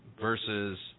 versus